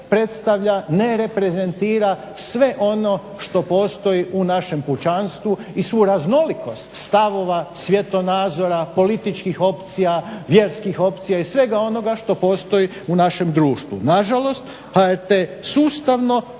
predstavlja, ne reprezentira sve ono što postoji u našem pučanstvu i suraznolikost stavova, svjetonazora, političkih opcija, vjerskih opcija i svega onoga što postoji u našem društvu. Nažalost, HRT sustavno